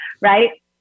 right